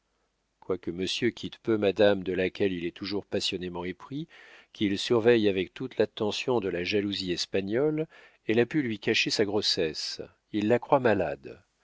quoique monsieur quitte peu madame de laquelle il est toujours passionnément épris et qu'il surveille avec toute l'attention de la jalousie espagnole elle a pu lui cacher sa grossesse il la croit malade